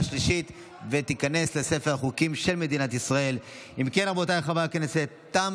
23 בעד, אין מתנגדים, אין